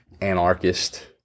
anarchist